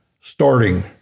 starting